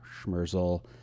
Schmerzel